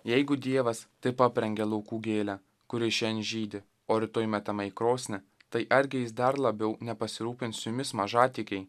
jeigu dievas taip aprengia laukų gėlę kuri šiandien žydi o rytoj metama į krosnį tai argi jis dar labiau nepasirūpins jumis mažatikiai